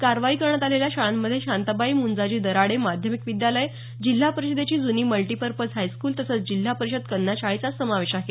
कारवाई करण्यात आलेल्या शाळांमध्ये शांताबाई म्ंजाजी दराडे माध्यमिक विद्यालय जिल्हा परिषदेची जूनी मल्टीपर्पज हायस्कूल तसंच जिल्हा परिषद कन्या शाळेचा समावेश आहे